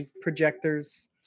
projectors